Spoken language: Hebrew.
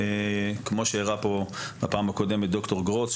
כמו שהראה פה בפעם הקודמת ד"ר גרוס,